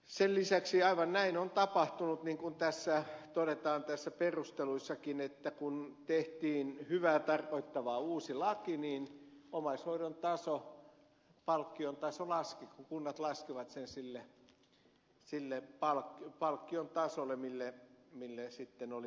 sen lisäksi juuri näin on tapahtunut niin kuin näissä perusteluissakin todetaan että kun tehtiin hyvää tarkoittava uusi laki niin omaishoidon taso palkkion taso laski kun kunnat laskivat sen sille palkkion tasolle mille sitten oli minimi säädetty